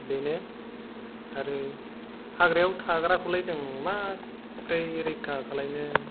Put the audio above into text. बेनो आरो हाग्रायाव थाग्राखौलाय जों माब्रै रैखा खालायनो